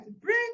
bring